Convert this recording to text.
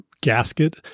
gasket